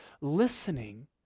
listening